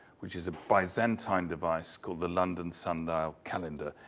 which is a byzantine device called the london sundial calendar,